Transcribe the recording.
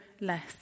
less